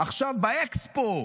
עכשיו באקספו.